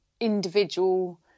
individual